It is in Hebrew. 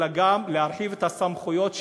אלא גם להרחיב את הסמכויות שלהן.